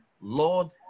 Lord